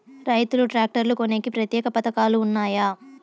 రైతులు ట్రాక్టర్లు కొనేకి ప్రత్యేక పథకాలు ఉన్నాయా?